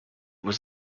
was